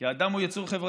כי האדם הוא יצור חברתי.